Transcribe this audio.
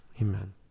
Amen